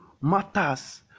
matters